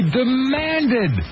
demanded